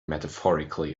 metaphorically